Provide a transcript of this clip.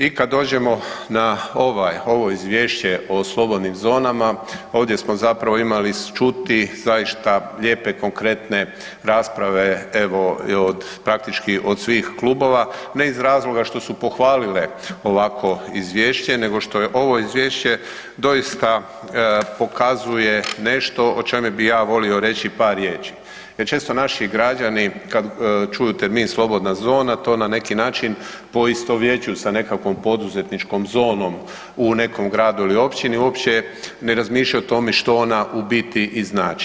I kad dođemo na ovo Izvješće o slobodnim zonama, ovdje smo zapravo imali čuti zaista lijepe, konkretne rasprave, evo od praktički od svih klubova, ne iz razloga što su pohvalile ovako izvješće nego što je ovo Izvješće doista pokazuje nešto o čemu bi ja volio reći par riječi jer često naši građani, kad čuju termin slobodna zona, to na neki način poistovjećuju sa nekakvom poduzetničkom zonom u nekom gradu ili općini, uopće ne razmišljaju o tome što ona u biti i znači.